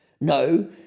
No